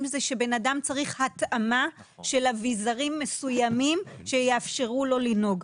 כאשר בן אדם צריך התאמה של אביזרים מסוימים שיאפשרו לו לנהוג.